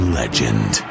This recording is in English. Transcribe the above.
legend